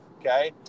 Okay